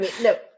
no